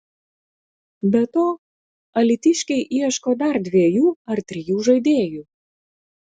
be to alytiškiai ieško dar dviejų ar trijų žaidėjų